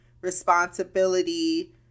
responsibility